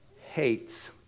hates